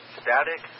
static